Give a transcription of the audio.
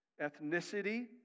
ethnicity